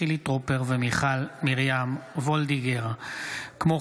חילי טרופר ומיכל מרים וולדיגר בנושא: